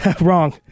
Wrong